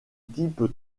type